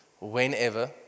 whenever